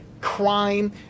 crime